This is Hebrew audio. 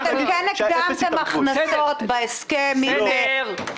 אתם כן הקדמתם הכנסות בהסכם עם שדות התעופה,